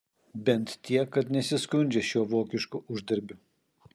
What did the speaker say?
bent tiek kad nesiskundžia šiuo vokišku uždarbiu